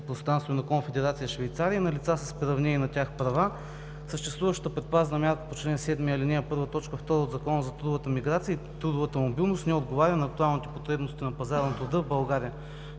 на Конфедерация Швейцария, и на лица с приравнени на тях права съществуваща предпазна мярка по чл. 7, ал. 1, т. 2 от Закона за трудовата миграция и трудовата мобилност не отговаря на актуалните потребности на пазара на труда в България.